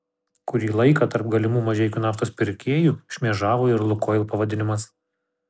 kurį laiką tarp galimų mažeikių naftos pirkėjų šmėžavo ir lukoil pavadinimas